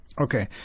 okay